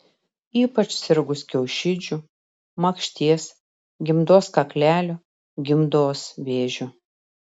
ypač sirgus kiaušidžių makšties gimdos kaklelio gimdos vėžiu